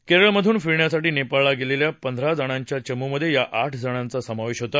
केरळमधून फिरण्यासाठी नेपाळला गेलेल्या पंधरा जणांच्या चमूमध्ये या आठ जणांचा समावेश होता